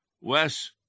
Wes